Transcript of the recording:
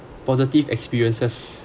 positive experiences